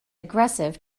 aggressive